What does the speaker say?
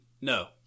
no